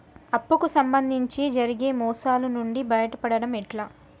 అప్పు కు సంబంధించి జరిగే మోసాలు నుండి బయటపడడం ఎట్లా?